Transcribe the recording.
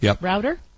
router